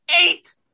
eight